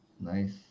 nice